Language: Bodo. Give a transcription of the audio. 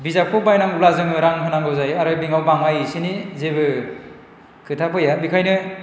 बिजाबखौ बायनांगौब्ला जोङो रां होनांगौ जायो आरो बेयाव बाङाय एसेनि जेबो खोथा फैया बेखाइनो